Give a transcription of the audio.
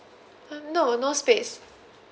um no no space